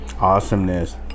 awesomeness